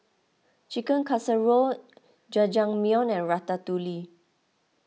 Chicken Casserole Jajangmyeon and Ratatouille